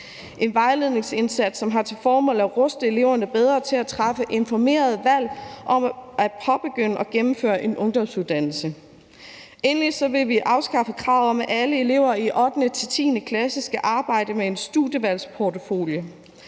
en vejledningsindsats, som har til formål at ruste eleverne bedre til at træffe informerede valg om at påbegynde og gennemføre en ungdomsuddannelse. Endelig vil vi afskaffe kravet om, at alle elever i 8.-10. klasse skal arbejde med en studievalgsportfolio.